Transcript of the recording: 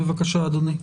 בבקשה אדוני.